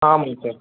ஆமாங்க சார்